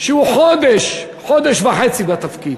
שהוא חודש, חודש וחצי בתפקיד,